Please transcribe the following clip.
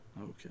Okay